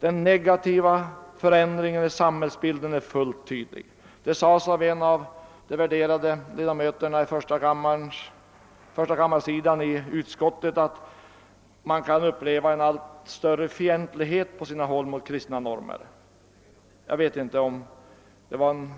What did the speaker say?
Den negativa förändringen av samhällsbilden är fullt tydlig. En av de värderade förstakammarledamöterna i utskottet sade, att man på sina håll kan iaktta en allt större fientlighet mot de kristna normerna. Jag vet inte om den